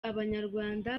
abanyarwanda